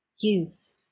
Youth